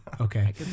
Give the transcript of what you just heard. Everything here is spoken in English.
Okay